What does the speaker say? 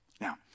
Now